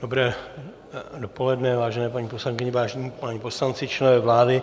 Dobré dopoledne, vážené paní poslankyně, vážení páni poslanci, členové vlády.